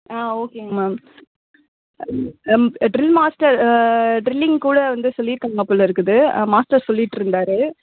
ஆ ஓகேங்க மேம் ஆ அம் ட்ரில் மாஸ்டர் ஆ ட்ரில்லிங் கூட வந்து சொல்லியிருக்காங்க போலிருக்குது மாஸ்டர் சொல்லிகிட்ருந்தாரு